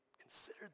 considered